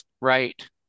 Right